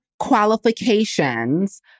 qualifications